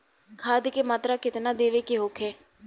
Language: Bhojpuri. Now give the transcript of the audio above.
खाध के मात्रा केतना देवे के होखे?